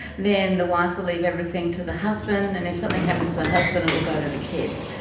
then the wife will leave everything to the husband and if something happens to the husband it will go to the kids.